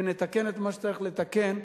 ונתקן את מה צריך לתקן,